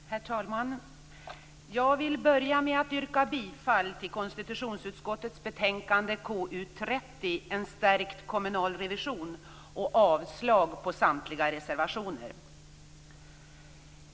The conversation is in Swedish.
Herr talman! Jag vill börja med att yrka bifall till hemställan i konstitutionsutskottets betänkande KU30 En stärkt kommunal revision och avslag på samtliga reservationer.